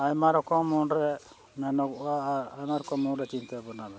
ᱟᱭᱢᱟ ᱨᱚᱠᱚᱢ ᱢᱚᱱᱨᱮ ᱢᱮᱱᱚᱜᱚᱜᱼᱟ ᱟᱨ ᱟᱭᱢᱟ ᱨᱚᱠᱚᱢ ᱢᱚᱱᱨᱮ ᱪᱤᱱᱛᱟᱹ ᱵᱟᱵᱽᱱᱟ ᱢᱮᱱᱟᱜᱼᱟ